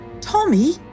Tommy